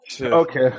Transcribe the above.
Okay